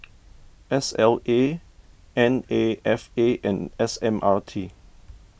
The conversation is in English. S L A N A F A and S M R T